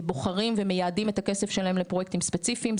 בוחרים ומייעדים את הכסף שלהם לפרויקטים ספציפיים.